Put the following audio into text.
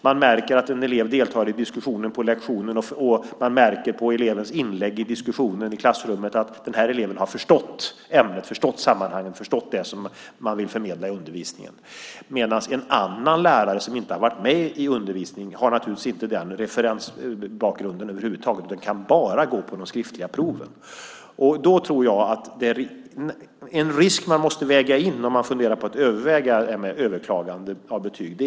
Man märker att en elev deltar i diskussionen på lektionen, och man märker på elevens inlägg i diskussionen i klassrummet att den här eleven har förstått ämnet, förstått sammanhangen, förstått det som man vill förmedla i undervisningen. En annan lärare som inte har varit med i undervisningen har naturligtvis inte den referensbakgrunden över huvud taget utan kan bara gå på de skriftliga proven. Då tror jag att det finns en risk som man måste väga in om man överväger det här med överklagande av betyg.